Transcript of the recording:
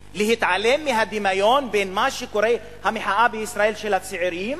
להתעלם מהדמיון בין המחאה בישראל של הצעירים,